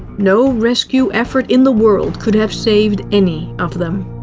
no rescue effort in the world could have saved any of them.